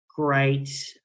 Great